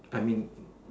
I mean